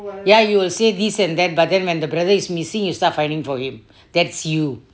ya you will say this and that but then when the brother is missing you start finding for him that's you